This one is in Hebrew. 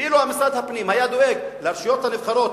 ואם משרד הפנים היה דואג לרשויות הנבחרות,